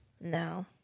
no